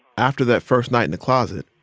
after that first night in the closet,